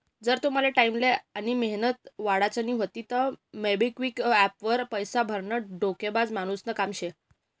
जर तुमले टाईम आनी मेहनत वाचाडानी व्हयी तं मोबिक्विक एप्प वर पैसा भरनं डोकेबाज मानुसनं काम शे